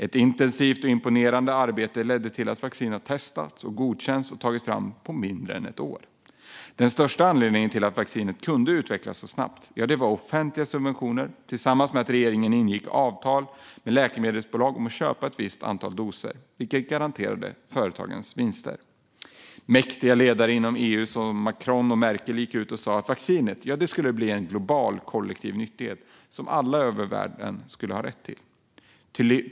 Ett intensivt och imponerande arbete ledde till att vaccin kunde testas, godkännas och tas fram på mindre än ett år. Den största anledningen till att vaccinet kunde utvecklas så snabbt var offentliga subventioner, tillsammans med att regeringar ingick avtal med läkemedelsföretag om att köpa ett visst antal doser, vilket garanterade företagens vinster. Mäktiga ledare inom EU, såsom Macron och Merkel, gick ut och sa att vaccinet skulle bli en global kollektiv nyttighet som alla världen över skulle ha rätt till.